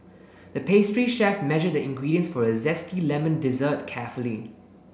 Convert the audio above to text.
the pastry chef measured the ingredients for a zesty lemon dessert carefully